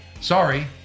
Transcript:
sorry